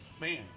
man